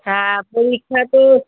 হ্যাঁ পরীক্ষা তো